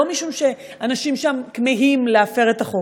לא משום שהאנשים שם כמהים להפר את החוק.